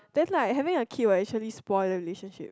that's like having a kid will actually spoil the relationship